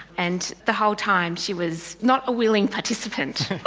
and the whole time she was not a willing participant.